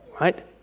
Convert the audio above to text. Right